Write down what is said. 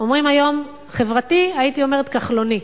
אומרים היום, חברתי, הייתי אומרת, כחלוני.